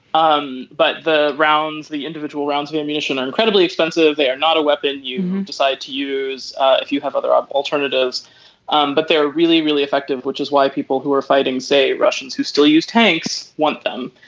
um but the rounds the individual rounds of ammunition are incredibly expensive. they are not a weapon. you decide to use if you have other alternatives um but they are really really effective which is why people who are fighting say russians who still use tanks want them.